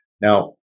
Now